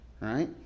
right